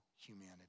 humanity